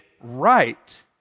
right